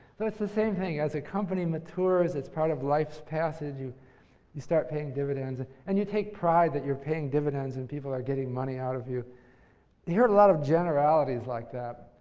it's the same thing. as a company matures, it's part of life's passage. you you start paying dividends and you take pride that you're paying dividends and people are getting money out of you. you hear a lot of generalities like that,